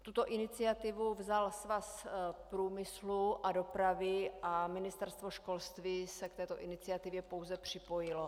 Tuto iniciativu vzal Svaz průmyslu a dopravy a Ministerstvo školství se k této iniciativě pouze připojilo.